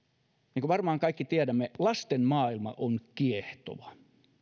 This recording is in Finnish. niin kuin varmaan kaikki tiedämme lasten maailma on kiehtova